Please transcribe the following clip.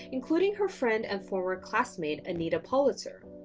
including her friend and former classmate anita pollitzer.